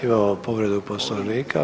Imamo povredu Poslovnika.